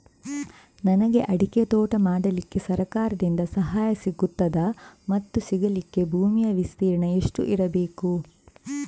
ನನಗೆ ಅಡಿಕೆ ತೋಟ ಮಾಡಲಿಕ್ಕೆ ಸರಕಾರದಿಂದ ಸಹಾಯ ಸಿಗುತ್ತದಾ ಮತ್ತು ಸಿಗಲಿಕ್ಕೆ ಭೂಮಿಯ ವಿಸ್ತೀರ್ಣ ಎಷ್ಟು ಇರಬೇಕು?